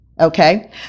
okay